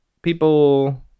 people